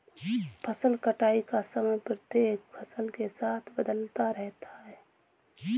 फसल कटाई का समय प्रत्येक फसल के साथ बदलता रहता है